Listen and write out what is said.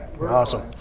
Awesome